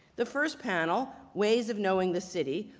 the first panel, ways of knowing the city,